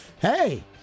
Hey